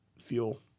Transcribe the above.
fuel